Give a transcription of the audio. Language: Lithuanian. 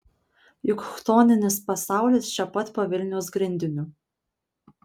juk chtoninis pasaulis čia pat po vilniaus grindiniu